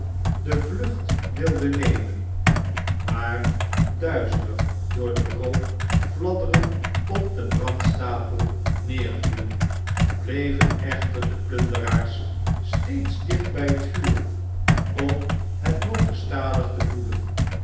de vlucht wilden nemen maar duizelig door den rook fladderend op den brandstapel neervielen bleven echter de plunderaars steeds dicht by het vuur om het nog gestadig te voeden